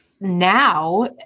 now